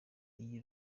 iyi